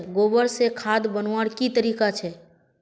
गोबर से खाद बनवार की तरीका छे?